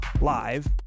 live